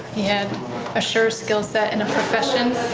and a sure skill set and profession.